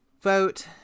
Vote